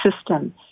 system